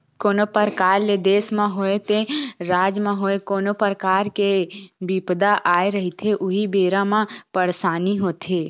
कोनो परकार ले देस म होवय ते राज म होवय कोनो परकार के बिपदा आए रहिथे उही बेरा म परसानी होथे